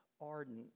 ardent